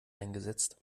eingesetzt